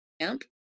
camp